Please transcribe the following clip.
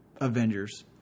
Avengers